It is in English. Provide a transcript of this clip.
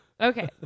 Okay